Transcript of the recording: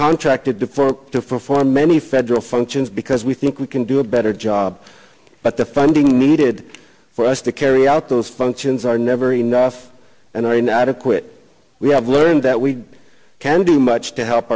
contracted for for for many federal functions because we think we can do a better job but the funding needed for us to carry out those functions are never enough and are inadequate we have learned that we can do much to help